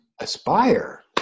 aspire